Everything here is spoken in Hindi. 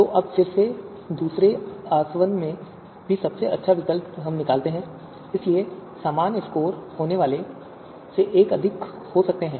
तो अब फिर से दूसरे आसवन में भी सबसे अच्छा विकल्प जो हम निकालते हैं इसलिए समान स्कोर वाले एक से अधिक हो सकते हैं